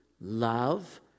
love